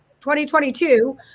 2022